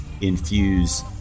infuse